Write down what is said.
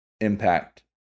impact